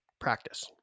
practice